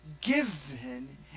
given